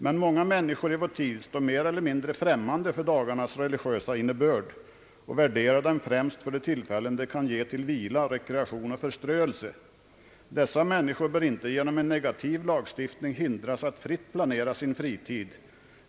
Men många människor i vår tid står mer eller mindre främmande för dagarnas religiösa innebörd och värderar dem främst för de tillfällen de kan ge till vila, rekreation och förströelse. Dessa människor bör inte genom en negativ lagstiftning hindras att fritt planera sin fritid.